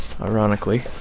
ironically